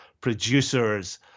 producers